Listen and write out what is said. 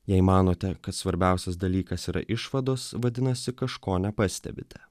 jei manote kad svarbiausias dalykas yra išvados vadinasi kažko nepastebite